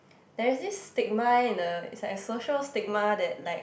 there is this stigma in a it's like a social stigma that like